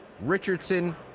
Richardson